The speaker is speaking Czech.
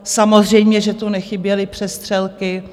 Samozřejmě že tu nechyběly přestřelky.